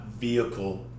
vehicle